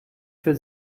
für